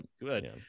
good